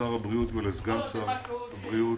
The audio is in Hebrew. לשר הבריאות ולסגן שר הבריאות.